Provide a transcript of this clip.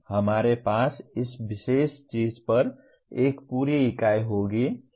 हमारे पास इस विशेष चीज़ पर एक पूरी इकाई होगी